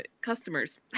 customers